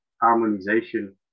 harmonization